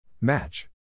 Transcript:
Match